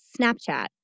Snapchat